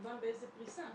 וכמובן באיזו פריסה,